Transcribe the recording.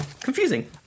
Confusing